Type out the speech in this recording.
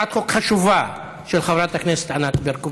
הצעת חוק חשובה של חברת הכנסת ברקו.